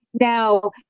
Now